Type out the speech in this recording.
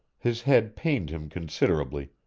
his head pained him considerably,